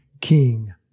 King